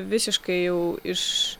visiškai jau iš